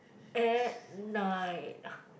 at night